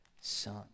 son